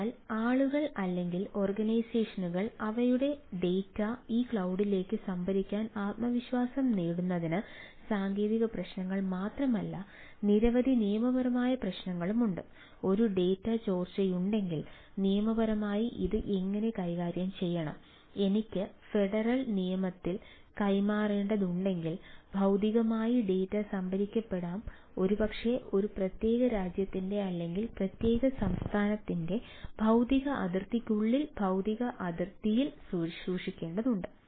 അതിനാൽ ആളുകൾ അല്ലെങ്കിൽ ഓർഗനൈസേഷനുകൾ അവരുടെ ഡാറ്റ ഈ ക്ലൌഡിലേക്ക് സംഭരിക്കാൻ ആത്മവിശ്വാസം നേടുന്നതിന് സാങ്കേതിക പ്രശ്നങ്ങൾ മാത്രമല്ല നിരവധി നിയമപരമായ പ്രശ്നങ്ങളുണ്ട് ഒരു ഡാറ്റ ചോർച്ചയുണ്ടെങ്കിൽ നിയമപരമായി ഇത് എങ്ങനെ കൈകാര്യം ചെയ്യണം എനിക്ക് ഫെഡറൽ നിയമത്തിൽ കൈമാറേണ്ടതുണ്ടെങ്കിൽ ഭൌതികമായി ഡാറ്റ സംഭരിക്കപ്പെടാം ഒരുപക്ഷേ ഒരു പ്രത്യേക രാജ്യത്തിന്റെ അല്ലെങ്കിൽ പ്രത്യേക സംസ്ഥാനത്തിന്റെ ഭൌതിക അതിർത്തിക്കുള്ളിൽ ഭൌതിക അതിർത്തിയിൽ സൂക്ഷിക്കേണ്ടതുണ്ട്